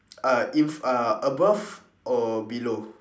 uh in uh above or below